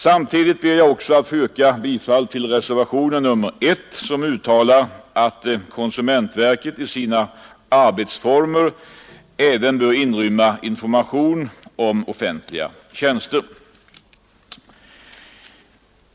Samtidigt ber jag att få yrka bifall till reservationen 1, som uttalar att konsumentverket i sina arbetsformer även bör inrymma information om offentliga tjänster.